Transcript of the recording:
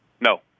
No